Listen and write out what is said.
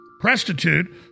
prostitute